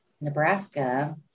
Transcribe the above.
Nebraska